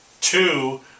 two